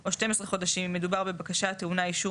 או 12 חודשים אם מדובר בבקשה הטעונה אישור